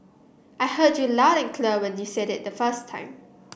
I heard you loud and clear when you said it the first time